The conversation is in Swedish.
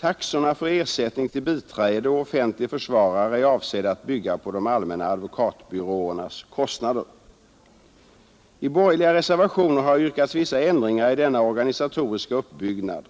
Taxorna för ersättning till biträde och offentlig försvarare är avsedda att bygga på de allmänna advokatbyråernas kostnader. I borgerliga reservationer har yrkats på vissa ändringar i denna organisatoriska uppbyggnad.